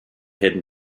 hidden